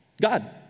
God